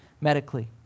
medically